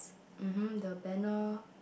(mm hmm) the panel